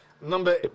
number